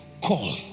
Call